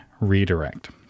redirect